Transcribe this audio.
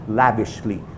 lavishly